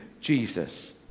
Jesus